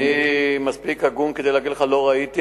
אני מספיק הגון כדי להגיד לך: לא ראיתי,